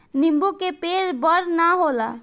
नीबू के पेड़ बड़ ना होला